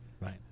right